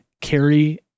carry